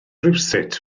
rywsut